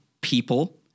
people